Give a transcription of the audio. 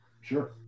Sure